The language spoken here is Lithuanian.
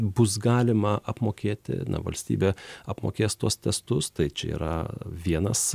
bus galima apmokėti na valstybė apmokės tuos testus tai čia yra vienas